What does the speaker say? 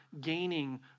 gaining